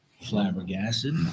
flabbergasted